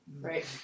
right